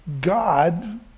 God